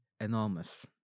enormous